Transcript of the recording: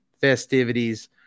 festivities